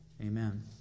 Amen